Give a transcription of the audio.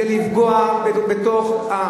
זה לפגוע במסורת,